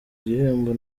igihembo